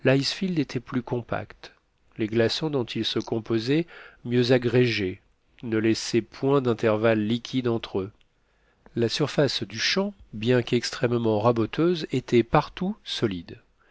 était plus compacte les glaçons dont il se composait mieux agrégés ne laissaient point d'intervalles liquides entre eux la surface du champ bien qu'extrêmement raboteuse était partout solide